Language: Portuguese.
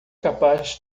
capaz